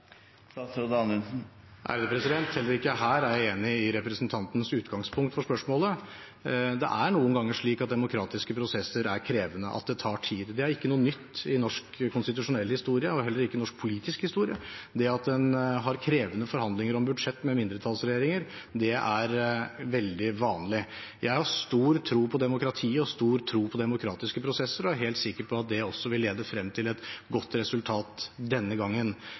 Heller ikke her er jeg enig i representantens utgangspunkt for spørsmålet. Det er noen ganger slik at demokratiske prosesser er krevende, at det tar tid. Det er ikke noe nytt i norsk konstitusjonell historie og heller ikke i norsk politisk historie. Det at en har krevende forhandlinger om budsjett med mindretallsregjeringer, er veldig vanlig. Jeg har stor tro på demokratiet og stor tro på demokratiske prosesser, og jeg er helt sikker på at det også vil lede frem til et godt resultat denne gangen.